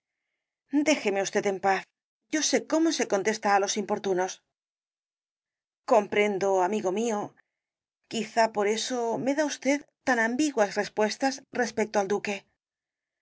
déjeme usted en paz yo sé cómo se contesta á los importunos comprendo amigo mío quizá por eso me da usted tan ambiguas respuestas respecto al duque